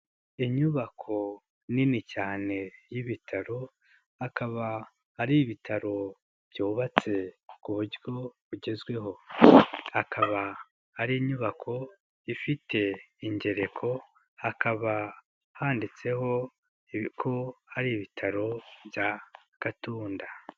Inyubako nini cyane y'ibitaro akaba ari ibitaro byubatse ku buryo bugezweho, hakaba hari inyubako ifite ingereko, hakaba handitseho ibi ko ari ibitaro bya Gatunda.